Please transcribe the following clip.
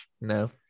No